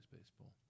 baseball